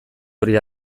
hori